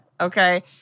Okay